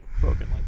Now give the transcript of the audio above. broken